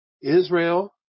Israel